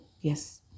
Yes